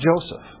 Joseph